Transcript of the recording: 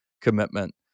commitment